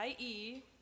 IE